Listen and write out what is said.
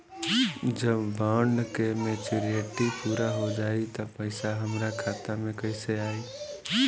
जब बॉन्ड के मेचूरिटि पूरा हो जायी त पईसा हमरा खाता मे कैसे आई?